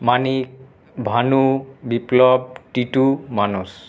Manik Bhanu Biplab Titu Manas